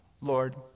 Lord